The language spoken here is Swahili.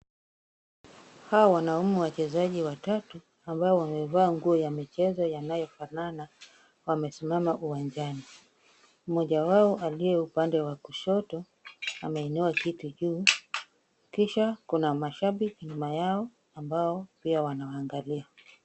Hawa wanaume wachezaji watatu, ambao wamevaa nguo ya michezo yanayofanana wamesimama uwanjani. Mmoja wao aliye upande wa kushoto ameinua kiti juu, kisha kuna mashabiki nyuma yao, ambao pia wanawaangalia.